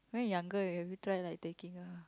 when you younger have you try like taking a